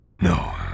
No